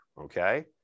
Okay